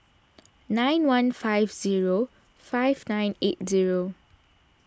nine one five zero five nine eight zero